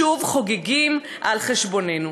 שוב חוגגים על חשבוננו,